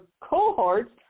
cohorts